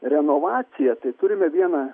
renovaciją tai turime vieną